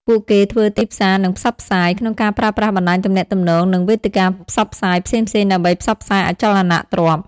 ពួកគេធ្វើទីផ្សារនិងផ្សព្វផ្សាយ ក្នុងការប្រើប្រាស់បណ្តាញទំនាក់ទំនង និងវេទិកាផ្សព្វផ្សាយផ្សេងៗដើម្បីផ្សព្វផ្សាយអចលនទ្រព្យ។